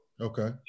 Okay